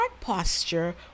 posture